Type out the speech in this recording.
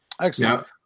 Excellent